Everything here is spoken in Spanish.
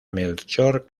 melchor